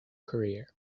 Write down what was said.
career